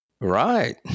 Right